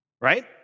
right